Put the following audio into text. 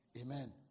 Amen